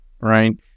right